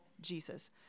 Jesus